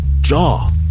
jaw